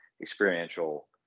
experiential